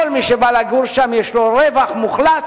כל מי שבא לגור שם, יש לו רווח מוחלט.